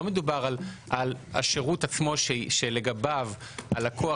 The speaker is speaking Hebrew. לא מדובר על השירות עצמו שלגביו הלקוח